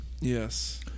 Yes